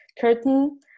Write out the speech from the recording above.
curtain